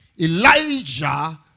Elijah